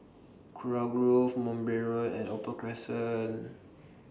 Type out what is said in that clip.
Kurau Grove Mowbray Road and Opal Crescent